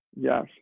yes